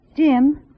Jim